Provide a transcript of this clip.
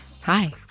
Hi